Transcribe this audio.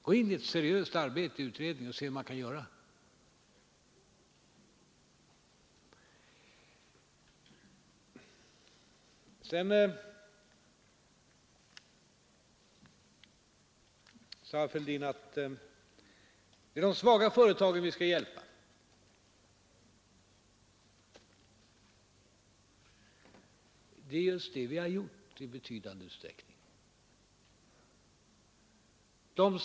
Gå in i ett seriöst arbete i utredningen och se vad som där kan göras! Herr Fälldin framhöll vidare att vi skall hjälpa de svaga företagen. Det är just det vi har gjort i betydande utsträckning.